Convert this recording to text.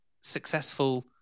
successful